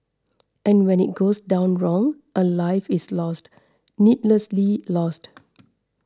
and when it goes down wrong a life is lost needlessly lost